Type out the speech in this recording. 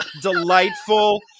delightful